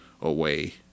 away